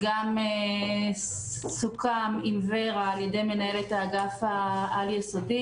גם סוכם עם ור"ה על-ידי מנהלת האגף העל-יסודי,